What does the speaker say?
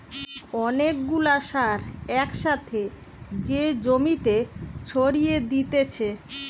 অনেক গুলা সার এক সাথে যে জমিতে ছড়িয়ে দিতেছে